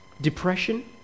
Depression